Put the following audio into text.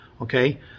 okay